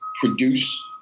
produce